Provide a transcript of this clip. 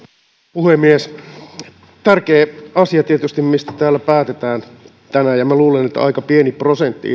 puhemies tärkeä asia tietysti mistä täällä päätetään tänään ja minä luulen että itse asiassa aika pieni prosentti